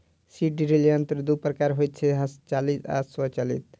seed drill यंत्र दू प्रकारक होइत छै, हस्तचालित आ स्वचालित